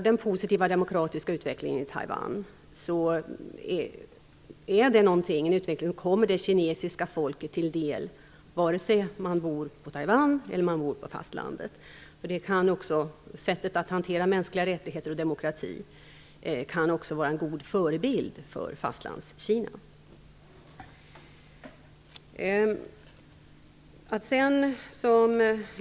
Den positiva demokratiska utvecklingen i Taiwan kommer det kinesiska folket till del, vare sig man bor på Taiwan eller man bor på fastlandet. Sättet att hantera mänskliga rättigheter och demokrati kan också vara en god förebild för Fastlandskina.